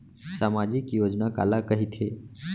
सामाजिक योजना काला कहिथे?